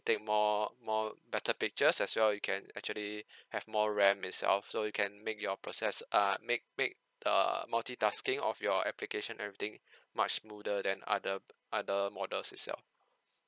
take more more better pictures as well you can actually have more RAM itself so you can make your process uh make make err multitasking of your application everything much smoother than other other models itself